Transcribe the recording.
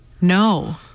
No